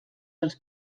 els